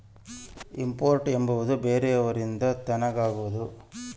import ಎಂಬುವುದು ಬೇರೆಯವರಿಂದ ತಗನದು